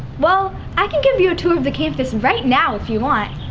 well, i can give you a tour of the campus right now if you want.